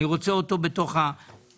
אני רוצה אותו בתוך הנושא.